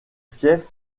fief